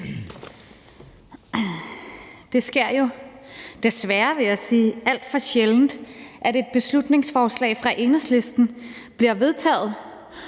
Det sker jo, desværre vil jeg sige, alt for sjældent, at et beslutningsforslag fra Enhedslisten bliver vedtaget